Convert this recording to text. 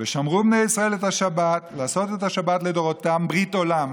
"ושמרו בני ישראל את השבת לעשות את השבת לדֹרֹתם ברית עולם".